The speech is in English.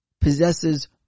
possesses